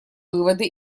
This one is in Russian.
выводы